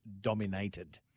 dominated